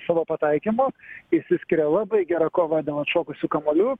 savo pataikymu išsiskiria labai gera kova dėl atšokusių kamuolių